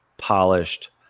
Polished